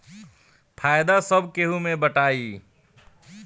फायदा सब केहू मे बटाई